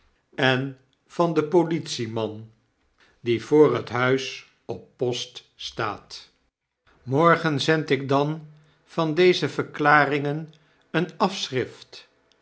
en van den politieman die voor het huis op post staat morgen zend ik dan van deze verklaringen een afschrift